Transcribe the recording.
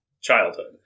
childhood